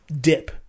dip